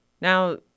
Now